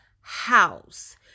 house